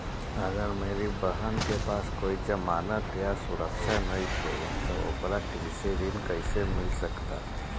अगर मेरी बहन के पास कोई जमानत या सुरक्षा नईखे त ओकरा कृषि ऋण कईसे मिल सकता?